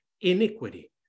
iniquity